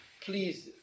Please